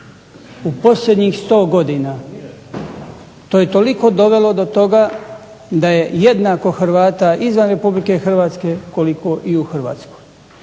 U posljednjih 100 godina to je toliko dovelo do toga da je jednako Hrvata izvan RH koliko i u Hrvatskoj.